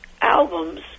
albums